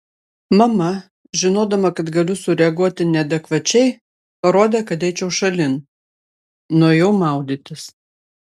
mama žinodama kad galiu sureaguoti neadekvačiai parodė kad eičiau šalin nuėjau maudytis